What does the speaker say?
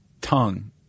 tongue